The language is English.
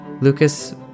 Lucas